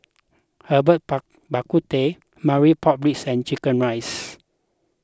Herbal Bak Ku Teh Marmite Pork Ribs and Chicken Rice